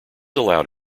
allowed